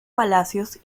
palacios